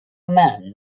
man